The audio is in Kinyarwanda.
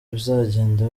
bizagenda